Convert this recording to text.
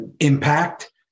impact